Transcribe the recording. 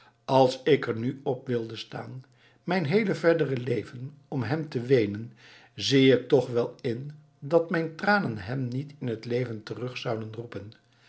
als ik er nu op wilde staan mijn heele verdere leven om hem te weenen zie ik toch wel in dat mijn tranen hem niet in het leven terug zouden roepen